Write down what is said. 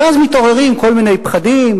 ואז מתעוררים כל מיני פחדים,